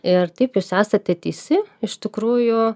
ir taip jūs esate teisi iš tikrųjų